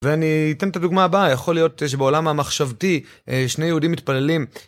ואני אתן את הדוגמה הבאה, יכול להיות שבעולם המחשבתי שני יהודים מתפללים.